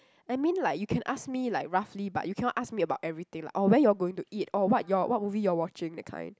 I mean like you can ask me like roughly but you cannot ask me about everything like oh where you all going to eat oh what your what movie you all watching that kind